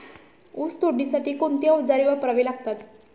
ऊस तोडणीसाठी कोणती अवजारे वापरावी लागतात?